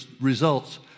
results